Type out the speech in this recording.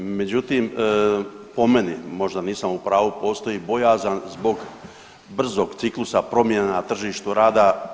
Međutim, po meni možda nisam u pravu postoji bojazan zbog brzog ciklusa promjena na tržištu rada.